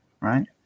Right